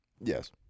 Yes